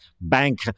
bank